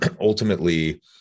Ultimately